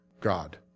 God